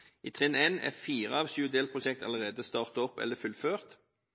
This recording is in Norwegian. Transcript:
I trinn 1 er fire av sju delprosjekt allerede startet opp eller fullført.